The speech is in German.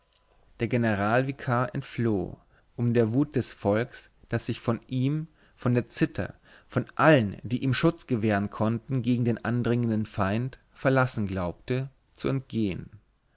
der general vikar entfloh um der wut des volks das sich von ihm von der citta von allen die ihm schutz gewähren konnten gegen den andringenden feind verlassen glaubte zu entgehen